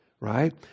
right